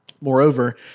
Moreover